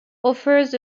offers